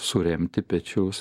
suremti pečius